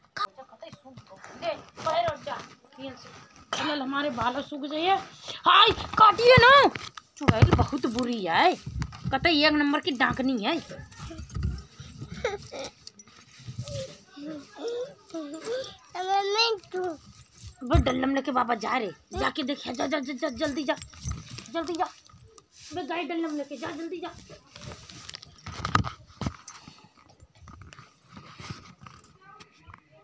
खासकर पालतू बीमा में शहरी इलाकों में कुत्तों की संख्या में बढ़ोत्तरी देखी जाती है